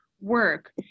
work